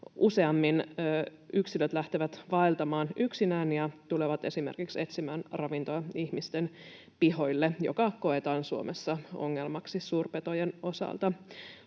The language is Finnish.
useammin yksilöt lähtevät vaeltamaan yksinään ja tulevat esimerkiksi etsimään ravintoa ihmisten pihoille, mikä koetaan Suomessa ongelmaksi suurpetojen osalta.